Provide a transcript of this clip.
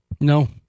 No